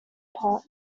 pot